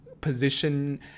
position